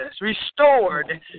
restored